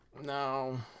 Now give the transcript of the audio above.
No